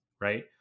Right